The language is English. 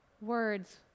Words